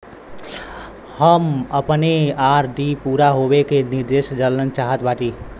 हम अपने आर.डी पूरा होवे के निर्देश जानल चाहत बाटी